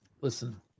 Listen